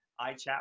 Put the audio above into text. iChat